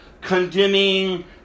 condemning